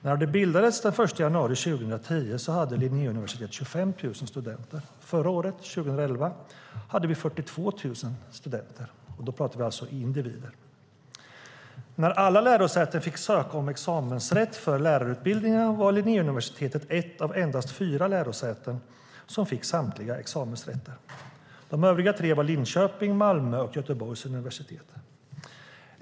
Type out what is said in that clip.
När det bildades den 1 januari 2010 hade det 25 000 studenter. Förra året, 2011, hade man 42 000 studenter. Då talar jag alltså om individer. När alla lärosäten fick ansöka om examensrätt för lärarutbildningarna var Linnéuniversitetet ett av endast fyra lärosäten som fick samtliga examensrätter. De övriga tre var Linköpings universitet, Malmö högskola och Göteborgs universitet.